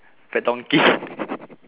fat donkey